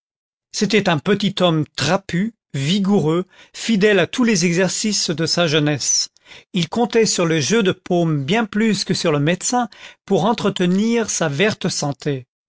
c'était un petit homme trapu vigoureux fidèle à tous les exercices de sa jeunesse il comptait sur le jeu de paume bien plus que sur le médecin pour entretenir sa verte santé